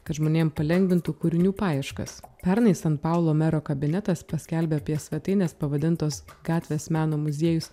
kad žmonėm palengvintų kūrinių paieškas pernai san paulo mero kabinetas paskelbė apie svetainės pavadintos gatvės meno muziejus